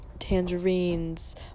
tangerines